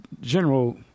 general